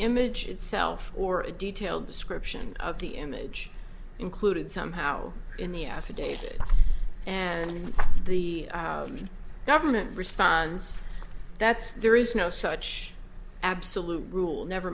image itself or a detailed description of the image included somehow in the affidavit and the government responds that's there is no such absolute rule never